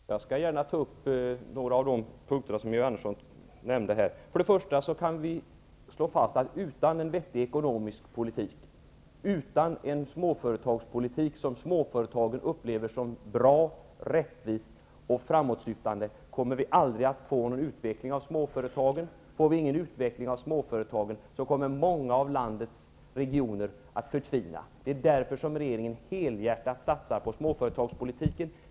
Fru talman! Jag skall gärna ta upp några av de punkter som Georg Andersson nämnde här. För det första kan vi slå fast att vi utan en vettig ekonomisk politik, utan en småföretagspolitik som småföretagen upplever som bra, rättvis och framåtsyftande aldrig kommer att få någon utveckling av småföretagen. Om vi inte får någon utveckling av småföretagen, kommer många av landets regioner att förtvina. Det är därför som regeringen nu helhjärtat satsar på småföretagspolitiken.